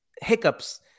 hiccups